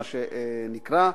מה שנקרא,